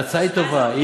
ההצעה היא טובה,